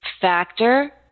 factor